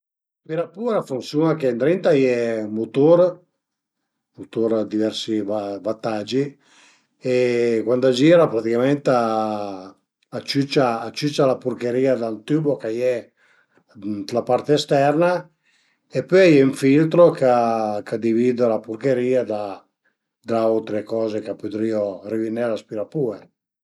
L'aspirapuer a funsiun-a che dint a ie ën mutur, ën mutur dë diversi wattaggi e cuand a gira praticament a, a ciücia a ciücia la purcherìa dal tübu ch'a ie ënt la part esterna e pöi a ie ën filtro che ch'a divid la purcherìa da le autre coze ch'a pudrìu rüviné l'aspirapuer